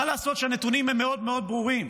מה לעשות, הנתונים הם מאוד מאוד ברורים,